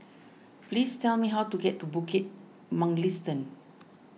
please tell me how to get to Bukit Mugliston